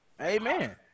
Amen